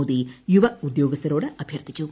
മോദി യുവ ഉദ്യോഗസ്ഥരോട് അഭ്യർത്ഥിച്ചു